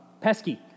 pesky